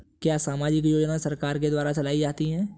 क्या सामाजिक योजनाएँ सरकार के द्वारा चलाई जाती हैं?